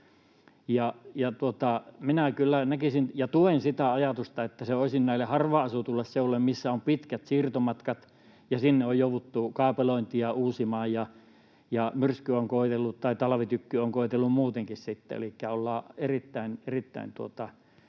Minä kyllä näkisin niin ja tuen sitä ajatusta, että se olisi hyvä näille harvaan asutuille seuduille, missä on pitkät siirtomatkat ja minne on jouduttu kaapelointia uusimaan, myrsky on koetellut tai talvitykky on koetellut muutenkin, elikkä ollaan erittäin,